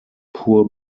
poor